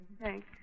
Thanks